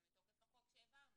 זה מתוקף החוק שהעברנו,